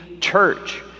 church